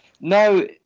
No